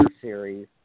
series